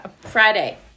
Friday